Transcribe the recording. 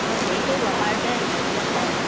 নহয় হেৰি কৰিব আমাৰ এতিয়া স্কুলৰ মানে